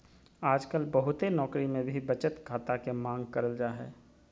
आजकल बहुते नौकरी मे भी बचत खाता के मांग करल जा हय